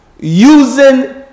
using